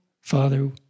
Father